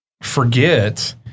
forget